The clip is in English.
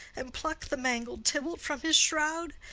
and pluck the mangled tybalt from his shroud,